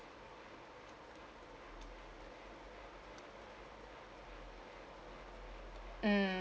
mm